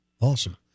Awesome